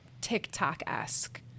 TikTok-esque